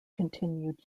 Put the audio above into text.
continued